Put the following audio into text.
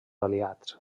aliats